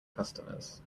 customers